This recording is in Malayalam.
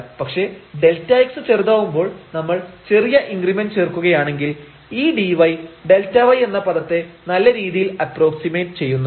പക്ഷേ Δx ചെറുതാവുമ്പോൾ നമ്മൾ ചെറിയ ഇൻഗ്രിമെന്റ് ചേർക്കുകയാണെങ്കിൽ ഈ dy Δy എന്ന പദത്തെ നല്ല രീതിയിൽ അപ്പ്രോക്സിമേറ്റ് ചെയ്യുന്നുണ്ട്